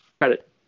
credit